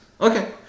Okay